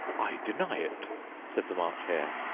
i deny it said the march hare.